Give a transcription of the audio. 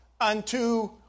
unto